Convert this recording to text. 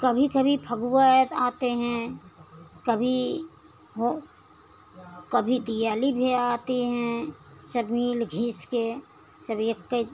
कभी कभी फगुआ आते हैं कभी वो कभी दिवाली भी आती हैं चटनी घिस के सब एक ही